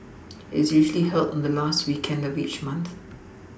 it's usually held on the last weekend of each month